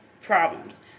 problems